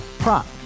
Prop